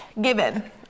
given